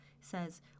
says